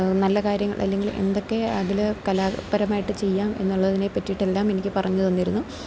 നല്ല കാര്യങ്ങൾ അല്ലെങ്കിൽ എന്തൊക്കെ അതിൽ കലാപരമായിട്ട് ചെയ്യാം എന്നുള്ളതിനെ പറ്റിയിട്ട് എല്ലാം എനിക്ക് പറഞ്ഞു തന്നിരുന്നു